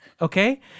okay